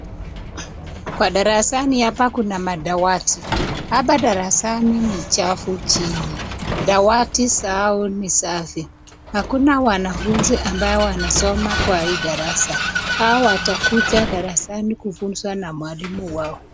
Kwa darasani hapa kuna madawati. Hapa darasani ni chafu chini, dawati zao ni safi. Hakuna wanafuzi ambayo wanasoma kwa hii darasa. Hao watakuja darasani kufuzwa na mwalimu wao.